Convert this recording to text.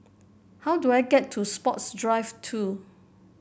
how do I get to Sports Drive Two